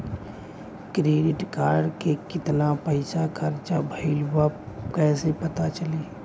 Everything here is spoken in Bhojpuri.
क्रेडिट कार्ड के कितना पइसा खर्चा भईल बा कैसे पता चली?